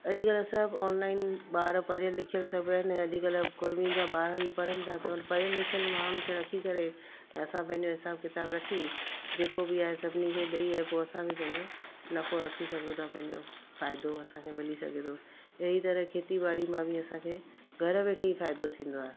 अॼु कल्ह सभु ऑनलाइन ॿार पढ़ियलु लिखियलु सभु आहिनि अॼु कल्ह कुड़िमियुनि जा ॿार बि पढ़नि था त उन पढ़ियलु लिखियलु माण्हुनि खे रखी करे असां पंहिंजो हिसाब किताब रखी जेको बि आहे सभिनी खे ॾई पोइ असां बि पंहिंजो नफ़ो रखी सघूं था पंहिंजो फ़ाइदो असांखे मिली सघे थो अहिड़ी तरह खेती ॿाड़ी मां बि असांखे घरु वेठे ई फ़ाइदो थींदो आहे